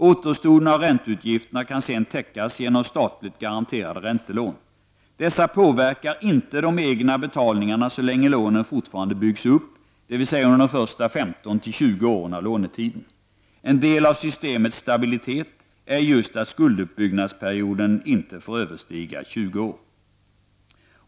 Återstoden av ränteutgifterna kan sedan täckas genom statligt garanterade räntelån. Dessa påverkar inte de egna betalningarna så länge lånen fortfarande byggs upp, dvs. under de första 15--20 åren av lånetiden. En del av systemets stabilitet är just att skulduppbyggnadsperioden inte får överstiga 20 år.